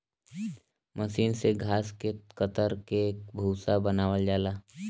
मसीन से घास के कतर के भूसा बनावल जाला